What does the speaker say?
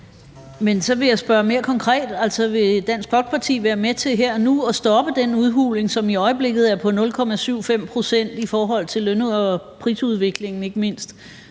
Men så vil jeg spørge mere konkret: Altså, vil Dansk Folkeparti være med til her og nu at stoppe den udhuling, som i øjeblikket er på 0,75 pct. i forhold til løn- og ikke mindst